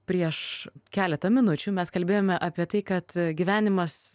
prieš keletą minučių mes kalbėjome apie tai kad gyvenimas